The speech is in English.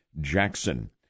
Jackson